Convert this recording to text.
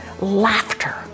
laughter